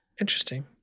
Interesting